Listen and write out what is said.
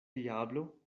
diablo